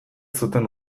zuten